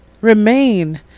remain